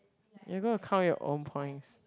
you gonna count your own points